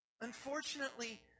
Unfortunately